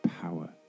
power